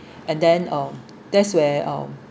and then uh that's where um